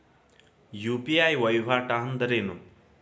UPI ವಹಿವಾಟ್ ಅಂದ್ರೇನು?